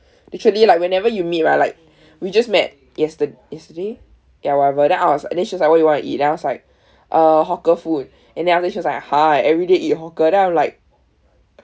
literally like whenever you meet right like we just met yester~ yesterday ya whatever then I was then she was like what do you want to eat I was like uh hawker food and then after that she was like !huh! everyday eat hawker then I'm like